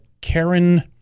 Karen